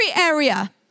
area